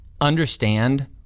understand